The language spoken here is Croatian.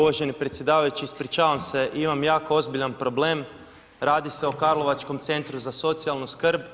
Uvaženi predsjedavajući ispričavam se, imam jako ozbiljan problem, radi se o Karlovačkom centru za socijalnu skrb i…